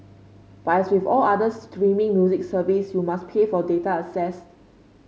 but as with all other streaming music service you must pay for data accessed